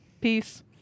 Peace